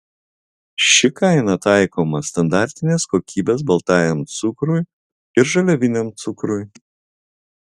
ši kaina taikoma standartinės kokybės baltajam cukrui ir žaliaviniam cukrui